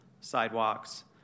sidewalks